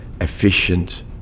efficient